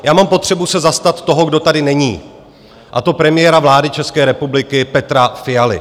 Já mám potřebu se zastat toho, kdo tady není, a to premiéra vlády České republiky Petra Fialy.